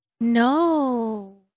No